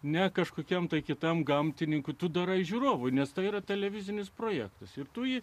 ne kažkokiam kitam gamtininkui tu darai žiūrovui nes tai yra televizinis projektas ir tu jį